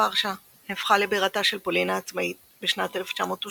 ורשה נהפכה לבירתה של פולין העצמאית בשנת 1918